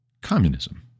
communism